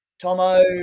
Tomo